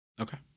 Okay